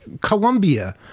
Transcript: Colombia